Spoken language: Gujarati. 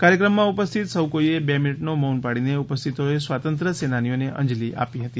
કાર્યક્રમમાં ઉપસ્થિત સૌ કોઈ એ બે મિનિટનું મૌન પાળીને ઉપસ્થિતોએ સ્વાતંત્ર્ય સેનાનીઓને અંજલિ આપી હતી